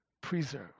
preserve